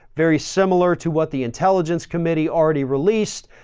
very similar to what the intelligence committee already released.